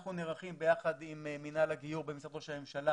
אנחנו נערכים יחד עם מינהל הגיוס במשרד ראש הממשלה